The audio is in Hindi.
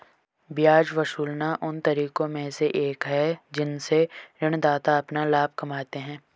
ब्याज वसूलना उन तरीकों में से एक है जिनसे ऋणदाता अपना लाभ कमाते हैं